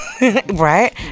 right